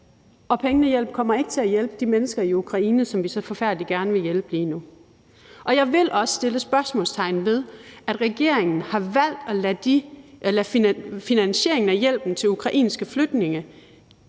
og pengene kommer ikke til at hjælpe de mennesker i Ukraine, som vi så forfærdelig gerne vil hjælpe lige nu. Jeg vil også sætte spørgsmålstegn ved, at regeringen har valgt, at finansieringen af hjælpen til ukrainske flygtninge